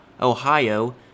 Ohio